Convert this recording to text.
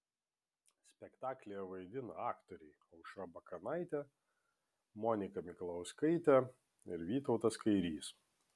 spektaklyje vaidina aktoriai aušra bakanaitė monika mikalauskaitė ir vytautas kairys